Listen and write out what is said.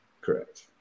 Correct